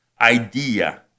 idea